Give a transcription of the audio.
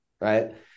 right